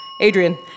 Adrian